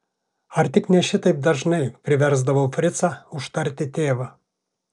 ar tik ne šitaip dažnai priversdavau fricą užtarti tėvą